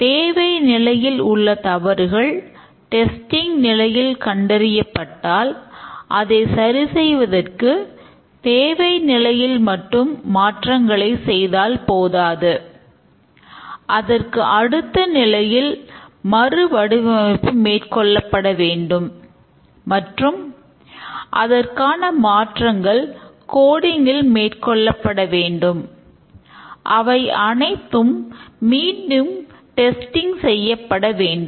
தேவைநிலையில் உள்ள தவறுகள் டெஸ்டிங் செய்யப்பட வேண்டும்